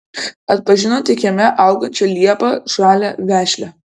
atpažino tik kieme augančią liepą žalią vešlią